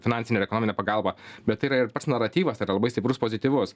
finansinė ir ekonominė pagalba bet tai yra ir pats naratyvas tai yra labai stiprus pozityvus